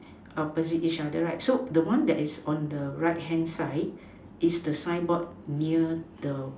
opposite each other right so the one on the right hand side is the signboard near the